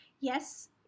Yes